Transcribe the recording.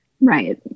Right